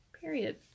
Period